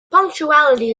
punctuality